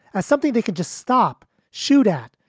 as something they could just stop, shoot at,